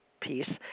piece